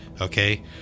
okay